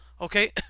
okay